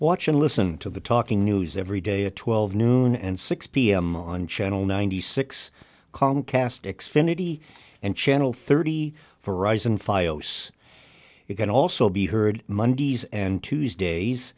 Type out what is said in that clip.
watch and listen to the talking news every day at twelve noon and six pm on channel ninety six comcast x finity and channel thirty for rise and it can also be heard mondays and tuesdays